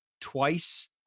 twice